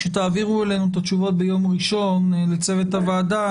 כשתעבירו את התשובות ביום ראשון לצוות הוועדה,